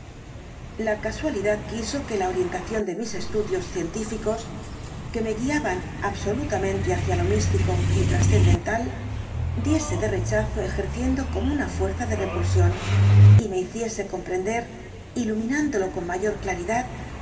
la casualidad quiso que la orientación de mis estudios científicos que me guiaban absolutamente hacia lo místico y trascendental diese de rechazo ejerciendo como una fuerza de repulsión y me hiciese comprender iluminándolo con mayor claridad